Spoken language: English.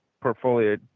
portfolio